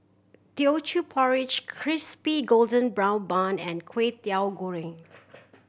Teochew Porridge Crispy Golden Brown Bun and Kway Teow Goreng